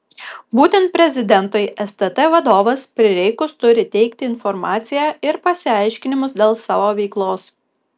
būtent prezidentui stt vadovas prireikus turi teikti informaciją ir pasiaiškinimus dėl savo veiklos